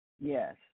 Yes